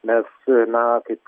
mes na kaip